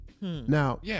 Now